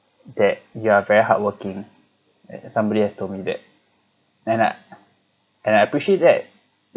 that you are very hardworking and somebody has told me that and I and I appreciate that